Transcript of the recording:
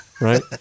Right